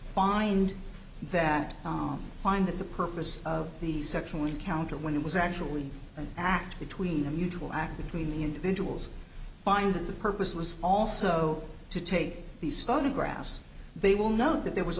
find that find that the purpose of the sexual encounter when it was actually an act between a mutual act between the individuals find the purpose was also to take these photographs they will note that there was